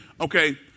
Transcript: okay